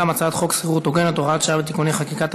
גם הצעת חוק שכירות הוגנת (הוראת שעה ותיקוני חקיקה),